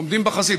עומדים בחזית,